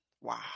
wow